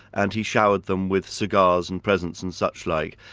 and he showered them with cigars and presents and suchlike.